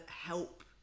help